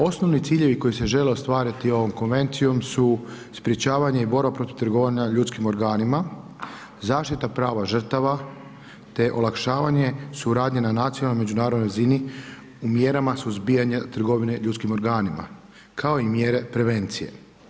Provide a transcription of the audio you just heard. Osnovni ciljevi koji se žele ostvariti ovom konvencijom su sprečavanje i borba protiv trgovanja ljudskim organima, zaštita prava žrtava te olakšavanje suradnje na nacionalnoj i međunarodnoj razini u mjerama suzbijanja trgovine ljudskim organima kao i mjere prevencije.